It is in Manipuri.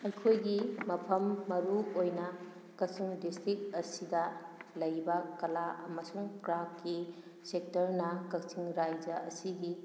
ꯑꯩꯈꯣꯏꯒꯤ ꯃꯐꯝ ꯃꯔꯨ ꯑꯣꯏꯅ ꯀꯛꯆꯤꯡ ꯗꯤꯁꯇ꯭ꯔꯤꯛ ꯑꯁꯤꯗ ꯂꯩꯕ ꯀꯂꯥ ꯑꯃꯁꯨꯡ ꯀ꯭ꯔꯥꯐꯀꯤ ꯁꯦꯛꯇꯔꯅ ꯀꯛꯆꯤꯡ ꯔꯥꯏꯖ꯭ꯌꯥ ꯑꯁꯤꯒꯤ